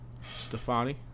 stefani